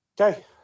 okay